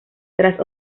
tras